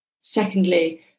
secondly